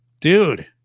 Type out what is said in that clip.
dude